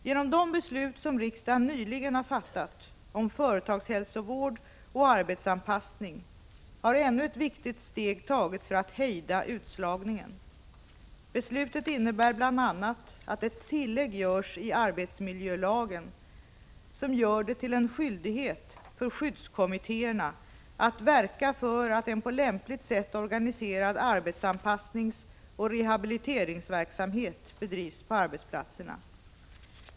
Genom det beslut som riksdagen nyligen har fattat om företagshälsovård och arbetsanpassning har ännu ett viktigt steg tagits för att hejda utslagningen. Beslutet innebär bl.a. att ett tillägg görs i arbetsmiljölagen som gör det till en skyldighet för skyddskommittéerna att verka för att en på lämpligt sätt organiserad arbetsanpassningsoch rehabiliteringsverksamhet bedrivs på arbetsplatserna.